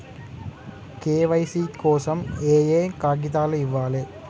KYC కోసం ఏయే కాగితాలు ఇవ్వాలి?